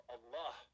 Allah